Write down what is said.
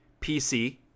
PC